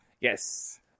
Yes